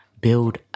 build